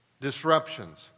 disruptions